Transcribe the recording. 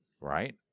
right